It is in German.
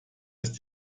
ist